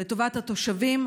לטובת התושבים,